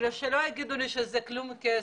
אני מבקשת שלא יגידו לי שזה כלום כסף.